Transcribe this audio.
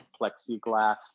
plexiglass